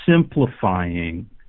simplifying